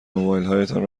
موبایلهایتان